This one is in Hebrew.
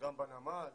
גם בנמל.